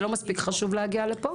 זה לא מספיק חשוב להגיע לפה?